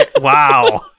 Wow